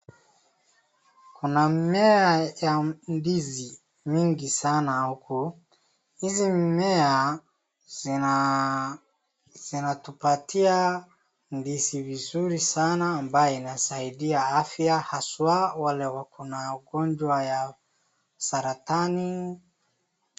Kuna mmea ya ndizi nyingi sana hapa, hizi mmea zinatupatia ndizi vizuri sana ambaye inasaidia afya, haswa wale wako na ugonjwa ya saratani.